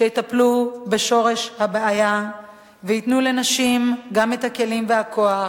שיטפלו בשורש הבעיה וייתנו לנשים גם את הכלים והכוח